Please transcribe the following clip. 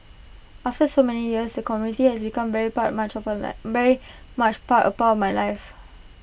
after so many years the community has become very part much of A life very much part upon my life